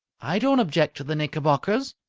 i don't object to the knickerbockers,